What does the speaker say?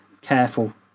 careful